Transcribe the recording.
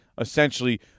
essentially